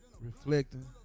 Reflecting